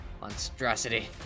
monstrosity